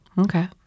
Okay